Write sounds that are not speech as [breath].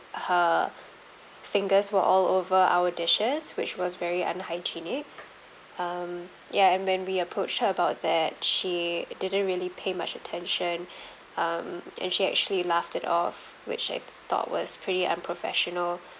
her fingers were all over our dishes which was very unhygienic um ya and when we approached her about that she didn't really pay much attention [breath] um and she actually laughed it off which I thought was pretty unprofessional